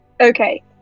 Okay